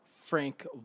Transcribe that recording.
Frank